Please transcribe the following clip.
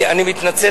אני מתנצל,